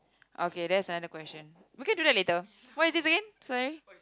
okay that's another question we can do that later what is this again sorry